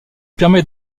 permet